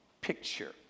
picture